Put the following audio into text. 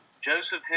Joseph